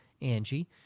Angie